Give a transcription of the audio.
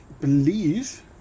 believe